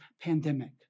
pandemic